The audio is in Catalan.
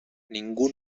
ningú